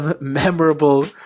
memorable